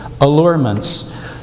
allurements